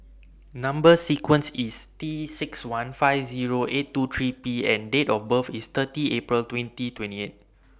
Number sequence IS T six one five Zero eight two three P and Date of birth IS thirty April twenty twenty eight